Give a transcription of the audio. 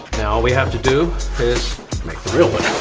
now, all we have to do make the real one.